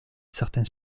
certains